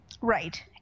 right